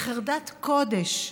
בחרדת קודש,